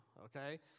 okay